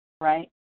right